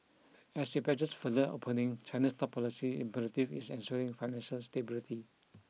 as it pledges further opening China's top policy imperative is ensuring financial stability